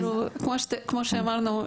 כמו שאמרתי,